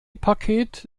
paket